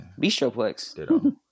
Bistroplex